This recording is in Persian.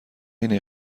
این